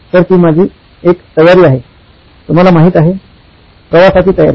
तर ती माझी एक तयारी आहे तुम्हाला माहिती आहे प्रवासाची तयारी